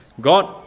God